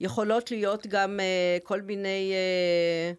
יכולות להיות גם כל מיני...